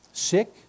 sick